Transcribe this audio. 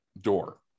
door